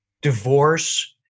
divorce